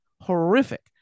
horrific